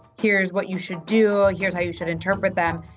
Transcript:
here's what you should do, here's how you should interpret them.